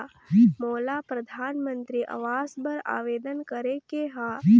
मोला परधानमंतरी आवास बर आवेदन करे के हा?